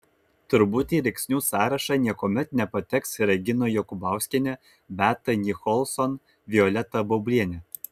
turbūt į rėksnių sąrašą niekuomet nepateks regina jokubauskaitė beata nicholson violeta baublienė